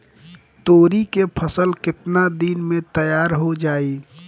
तोरी के फसल केतना दिन में तैयार हो जाई?